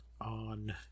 on